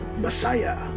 Messiah